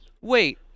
wait